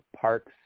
parks